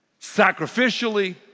sacrificially